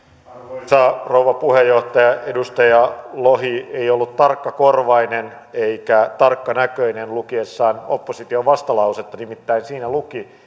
arvoisa rouva puheenjohtaja edustaja lohi ei ollut tarkkakorvainen eikä tarkkanäköinen lukiessaan opposition vastalausetta nimittäin siinä luki